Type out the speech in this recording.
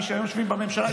מי שהיום יושבים בממשלה,